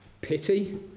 Pity